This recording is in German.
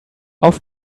auf